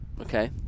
okay